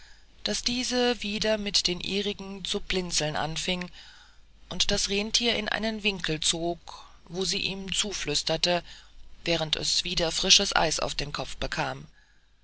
daß diese wieder mit den ihrigen zu blinzeln anfing und das renntier in einen winkel zog wo sie ihm zuflüsterte während es wieder frisches eis auf den kopf bekam